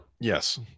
Yes